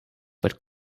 but